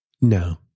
No